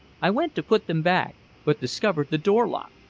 i went to put them back but discovered the door locked.